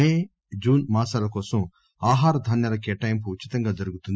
మే June మాసాల కోసం ఆహార ధాన్యాల కేటాయింపు ఉచితంగా జరుగుతుంది